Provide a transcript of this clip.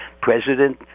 president